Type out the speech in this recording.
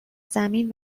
زمین